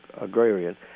agrarian